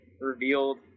revealed